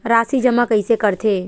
राशि जमा कइसे करथे?